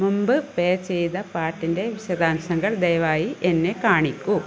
മുമ്പ് പ്ലേ ചെയ്ത പാട്ടിൻ്റെ വിശദാംശങ്ങൾ ദയവായി എന്നെ കാണിക്കൂ